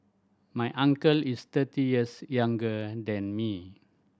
my uncle is thirty years younger than me